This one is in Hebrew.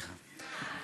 סליחה.